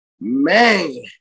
man